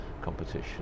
competition